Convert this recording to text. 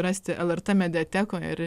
rasti lrt mediatekoje ir